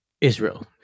Israel